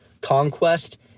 conquest